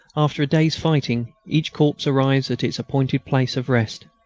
after a day's fighting, each corps arrives at its appointed place of rest.